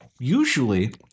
usually